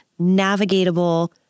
navigatable